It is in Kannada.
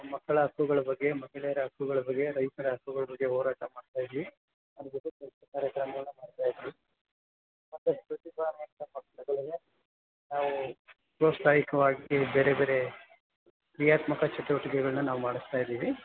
ಮಕ್ಕಳ ಹಕ್ಕುಗಳ ಬಗ್ಗೆ ಮಹಿಳೆಯರ ಹಕ್ಕುಗಳ ಬಗ್ಗೆ ರೈತರ ಹಕ್ಕುಗಳ ಬಗೆ ಹೋರಾಟ ಮಾಡ್ತಾ ಇದ್ದೀವಿ ಅದ್ರ ಜೊತೆ ಕಾರ್ಯಕ್ರಮಗಳನ್ನು ಎಲ್ಲ ಮಾಡ್ತಾ ಇದ್ದೀವಿ ಮತ್ತು ಪ್ರತಿಭಾನ್ವಿತ ಮಕ್ಕಳಿಗೆ ನಾವು ಪ್ರೋತ್ಸಾಹಿಕವಾಗಿ ಬೇರೆ ಬೇರೆ ಕ್ರಿಯಾತ್ಮಕ ಚಟುವಟಿಕೆಗಳನ್ನ ನಾವು ಮಾಡಿಸ್ತಾ ಇದ್ದೀವಿ